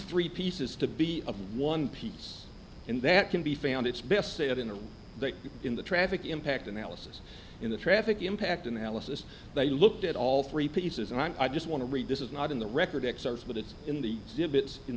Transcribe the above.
three pieces to be of one piece and that can be found it's best say it in the in the traffic impact analysis in the traffic impact analysis they looked at all three pieces and i just want to read this is not in the record excerpts but it's in the divots in